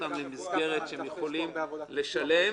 אושרה בכפוף לשינויים,